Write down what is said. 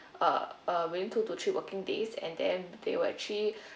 uh uh within two to three working days and then they will actually